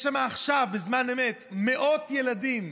יש שם עכשיו, בזמן אמת, מאות ילדים.